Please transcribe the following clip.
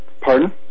Pardon